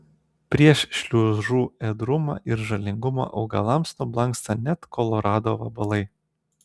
prieš šliužų ėdrumą ir žalingumą augalams nublanksta net kolorado vabalai